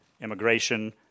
immigration